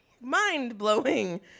mind-blowing